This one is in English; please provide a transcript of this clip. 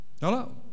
Hello